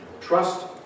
trust